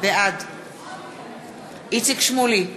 בעד איציק שמולי,